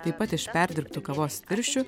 taip pat iš perdirbtų kavos tirščių